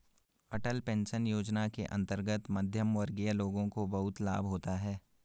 अटल pension योजना के अंतर्गत मध्यमवर्गीय लोगों को बहुत लाभ होता है